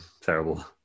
Terrible